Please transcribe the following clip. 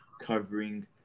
covering